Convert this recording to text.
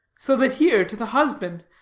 so that here, to the husband,